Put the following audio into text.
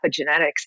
epigenetics